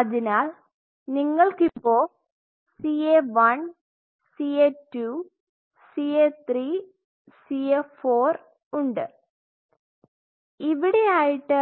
അതിനാൽ നിങ്ങൾക്ക് ഇപ്പോ CA 1 CA 2 CA 3 CA 4 ഉണ്ട് ഇവിടെ ആയിട്ട്